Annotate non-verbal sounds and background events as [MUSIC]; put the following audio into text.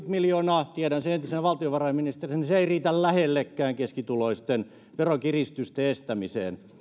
[UNINTELLIGIBLE] miljoonaa tiedän sen entisenä valtiovarainministerinä se ei riitä lähellekään keskituloisten veronkiristysten estämiseen